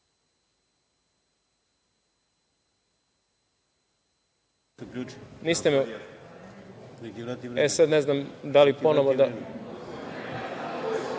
Hvala